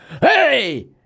Hey